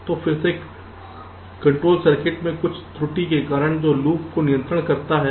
तो फिर से कंट्रोल सर्किट में कुछ त्रुटि के कारण जो लूप को नियंत्रित करता है